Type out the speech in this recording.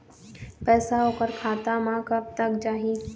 पैसा ओकर खाता म कब तक जाही?